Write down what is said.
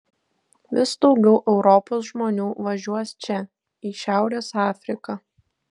vis daugiau europos žmonių važiuos čia į šiaurės afriką